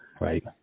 right